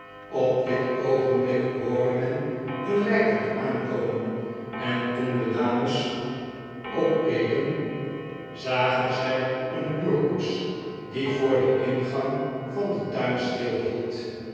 op dit oogenblik hoorde men een rijtuig aankomen en toen de dames opkeken zagen zij een huurkoets die voor den ingang van den tuin